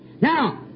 Now